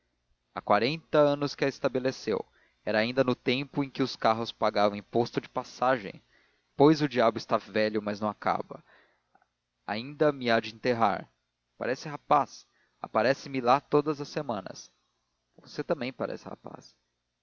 há quarenta anos que a estabeleceu era ainda no tempo em que os carros pagavam imposto de passagem pois o diabo está velho mas não acaba ainda me há de enterrar parece rapaz aparece-me lá todas as semanas você também parece rapaz